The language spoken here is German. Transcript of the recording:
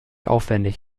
aufwendig